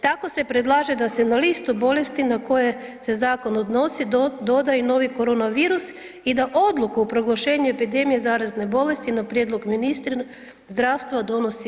Tako se predlaže da se na listu bolesti na koje se zakon odnosi doda i novi koronavirus i da odluku o proglašenju epidemije zarazne bolesti na prijedlog ministra zdravstva donosi